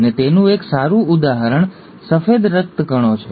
અને તેનું એક સારું ઉદાહરણ સફેદ રક્તકણો છે